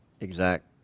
exact